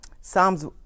Psalms